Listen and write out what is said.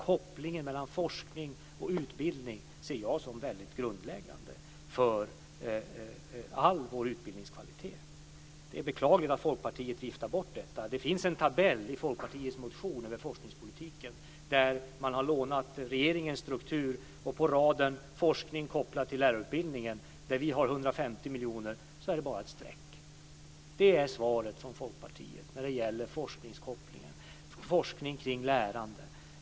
Koppling mellan forskning och utbildning är grundläggande för all utbildningskvalitet. Det är beklagligt att Folkpartiet viftar bort detta. Det finns en tabell i Folkpartiets motion över forskningspolitiken där man har lånat regeringens struktur, och på raden Forskning kopplad till lärarutbildningen, där vi har 150 miljoner, finns bara ett streck. Det är svaret från Folkpartiet när det gäller forskning kring lärande.